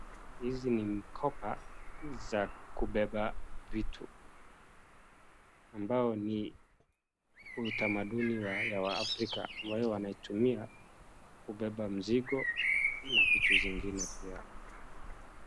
Hizi ni mikoba za kubeba vitu ambao ni utamanduni ya wafrica ambayo wanaitumia kubeba mzigo na vitu zingine pia.